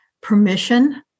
permission